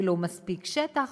ולא מספיק שטח,